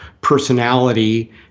personality